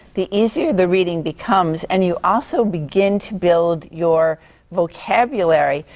the easier the reading becomes and you also begin to build your vocabulary,